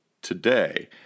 today